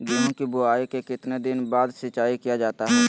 गेंहू की बोआई के कितने दिन बाद सिंचाई किया जाता है?